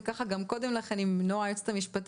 גם קודם עם נעה בן שבת היועצת המשפטית